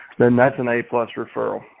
then that's an a plus referral.